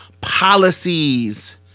policies